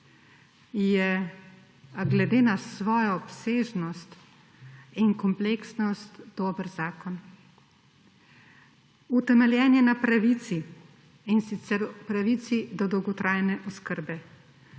je glede na svojo obsežnost in kompleksnost dober zakon. Utemeljen je na pravici, in sicer pravici do dolgotrajne oskrbe,